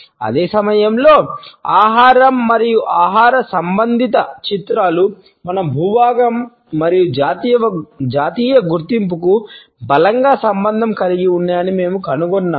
అదే సమయంలో ఆహారం మరియు ఆహార సంబంధిత చిత్రాలు మన భూభాగం మరియు జాతీయ గుర్తింపుకు బలంగా సంబంధం కలిగి ఉన్నాయని మేము కనుగొన్నాము